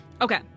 Okay